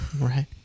right